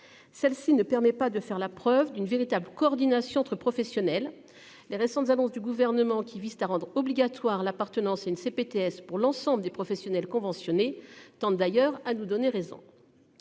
Celle-ci ne permet pas de faire la preuve d'une véritable coordination entre professionnels. Les récentes annonces du gouvernement qui vise à rendre obligatoire l'appartenance une CPTS pour l'ensemble des professionnels conventionné tente d'ailleurs à nous donner raison.